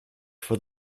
for